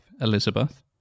Elizabeth